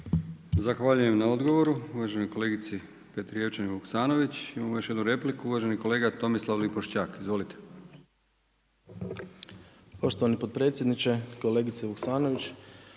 Zahvaljujem na odgovoru uvaženoj kolegici Petrijevčanin-Vuksanović. Imamo još jednu repliku, uvaženi kolega Tomislav Lipošćak. Izvolite. **Lipošćak, Tomislav (HDZ)** Poštovani potpredsjedniče, kolegice Vuksanović.